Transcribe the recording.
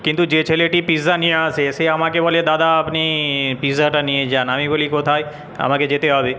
কিন্তু যে ছেলেটি পিজ্জা নিয়ে আসে সে আমাকে বলে দাদা আপনি পিজ্জাটা নিয়ে যান আমি বলি কোথায় আমাকে যেতে হবে